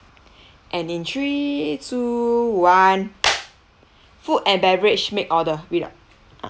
and in three two one food and beverage make order read out ah